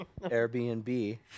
Airbnb